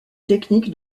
technique